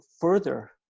further